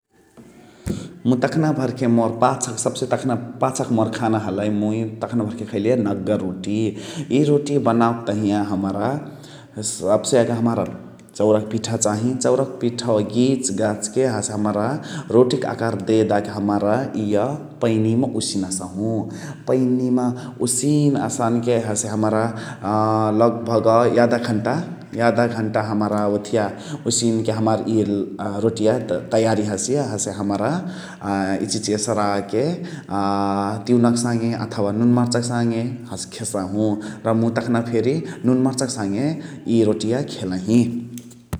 मुइ तखना भर्खे मोर पाछा सबसे पाछा तखाने पाछक मोर खैली खाना हलइ मुइ तखना भर्खे खैले नकगर रोटी । इ रोटिय बनावके तहिया हमरा सबसे यागा हमार चौरक पिठा चाहे । चौरक पिठवा गिजगाजके हसे हमरा रोटिक आकार देदाके हमरा इअ पैनिमा उसिनसहु । पैनिमा उसिन यसानके हसे हमरा लगभाग यधा घन्टा हमरा ओथिया ओसिनके हमार रोटिया तयारी हसिय हसे हमरा अ इचिहिची एसराके अ तिउनक साङे अथवा नुन मर्चा क साङे हसे खेसहु । र मुइ तखना फेरी नुनमर्चा क साङे इ रोटिय खेलही ।